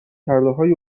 کردههای